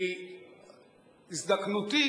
כי הזדקנותי